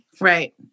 Right